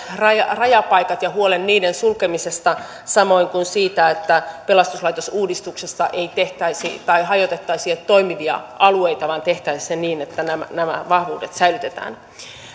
rajapaikat ja huolen niiden sulkemisesta samoin kuin sen että pelastuslaitosuudistuksessa ei hajotettaisi toimivia alueita vaan tehtäisiin se niin että nämä nämä vahvuudet säilytetään